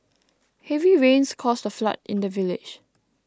heavy rains caused a flood in the village